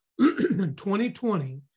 2020